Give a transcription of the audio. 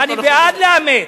אני בעד לאמץ.